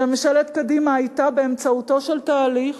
ממשלת קדימה היתה באמצעיתו של תהליך